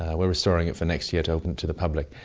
ah we're restoring it for next year to open to the public.